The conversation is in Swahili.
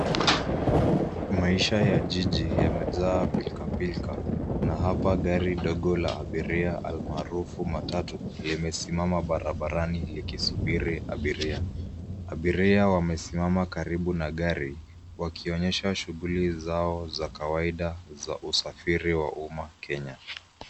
Maisha ya jiji yamejaa pilka pilka, na hapa gari dogo la abiria almaarufu matatu limesimama barabarani likisubiri abiria. Abiria wamesimama karibu na gari wakionyesha shughuli zao za kawaida za usafiri wa umma Kenya.